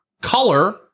Color